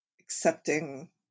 accepting